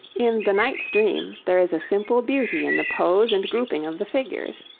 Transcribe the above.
in the knight's dream there is a simple beauty in the pose and grouping of the figures.